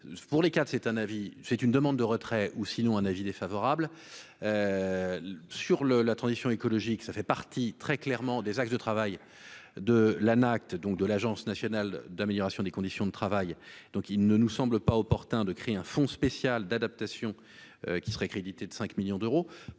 un avis, c'est une demande de retrait ou sinon un avis défavorable sur le la transition écologique, ça fait partie très clairement des axes de travail de l'Anact, donc de l'Agence nationale d'amélioration des conditions de travail, donc il ne nous semble pas opportun de créer un fonds spécial d'adaptation qui serait crédité de 5 millions d'euros